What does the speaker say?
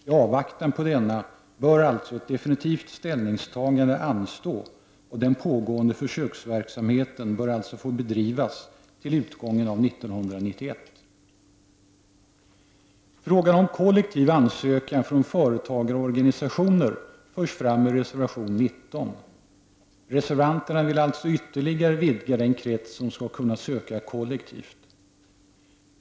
I avvaktan på denna bör alltså ett definitivt ställningstagande anstå, och den pågående försöksverksamheten bör alltså få bedrivas till utgången av 1991. Frågan om kollektiv ansökan från företagsorganisationer förs fram i reservation nr 19. Reservanterna vill alltså ytterligare vidga den krets som skall kunna söka kollektivt.